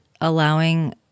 allowing